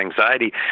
anxiety